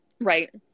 Right